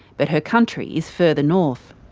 but her country is further north.